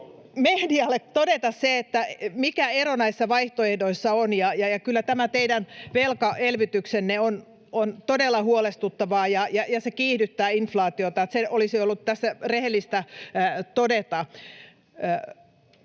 meediolle!] mikä ero näissä vaihtoehdoissa on. Kyllä tämä teidän velkaelvytyksenne on todella huolestuttavaa, ja se kiihdyttää inflaatiota. Se olisi ollut tässä rehellistä todeta.